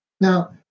Now